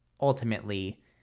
ultimately